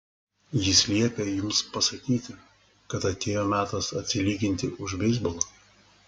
jis liepė jums pasakyti kad atėjo metas atsilyginti už beisbolą